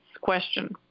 question